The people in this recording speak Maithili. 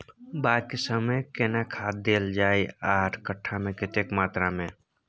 बाग के समय केना खाद देल जाय आर कट्ठा मे कतेक मात्रा मे?